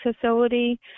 facility